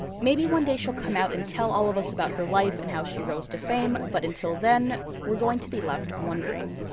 maybe one day she'll come out and tell all of us about her life and how she rose to fame, but until then we're going to be left wondering.